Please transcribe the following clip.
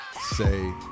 say